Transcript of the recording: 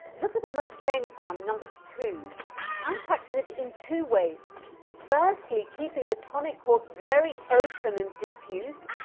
look at the most famous one, number two i practise it in two ways firstly keeping the tonic chord very open and diffuse,